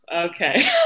okay